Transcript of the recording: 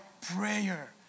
prayer